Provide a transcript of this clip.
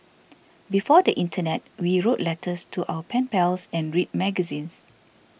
before the internet we wrote letters to our pen pals and read magazines